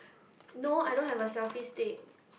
no I don't have a selfie stick